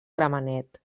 gramenet